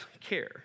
care